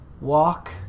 walk